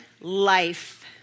life